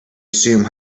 assume